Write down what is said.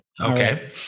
Okay